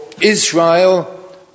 Israel